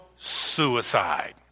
suicide